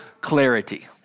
clarity